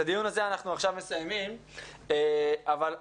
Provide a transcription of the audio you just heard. את הדיון הזה אנחנו מסיימים כעת אבל,